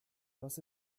was